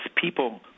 people